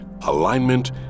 alignment